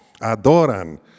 Adoran